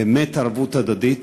באמת ערבות הדדית